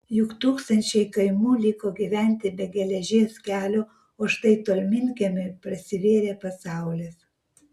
juk tūkstančiai kaimų liko gyventi be geležies kelio o štai tolminkiemiui prasivėrė pasaulis